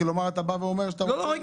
כלומר, אתה בא ואומר שאתה רוצה --- מצביע